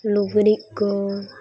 ᱞᱩᱜᱽᱲᱤᱡ ᱠᱚ